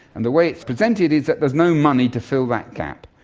and the way it's presented is that there is no money to fill that gap,